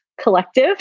Collective